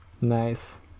nice